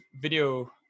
video